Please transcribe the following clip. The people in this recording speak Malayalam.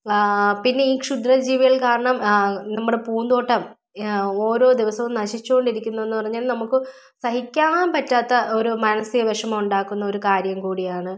പിന്നെ ഈ ക്ഷുദ്രജീവികൾ കാരണം നമ്മുടെ പൂന്തോട്ടം ഓരോ ദിവസവും നശിച്ചു കൊണ്ടിരിക്കുന്നു എന്നു പറഞ്ഞാൽ നമുക്ക് സഹിക്കാൻ പറ്റാത്ത ഒരു മാനസിക വിഷമം ഉണ്ടാക്കുന്ന ഒരു കാര്യം കൂടിയാണ്